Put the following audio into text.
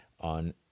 on